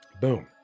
Boom